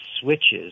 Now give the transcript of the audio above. switches